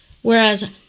Whereas